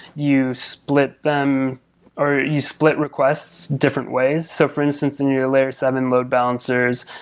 you split them or you split requests different ways. so for instance, in your layer seven load balancers,